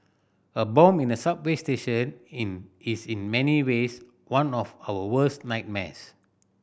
a bomb in a subway station in is in many ways one of our worst nightmares